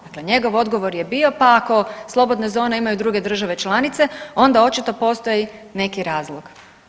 Dakle, njegov odgovor je bio pa ako slobodne zone imaju druge države članice onda očito postoji neki razlog.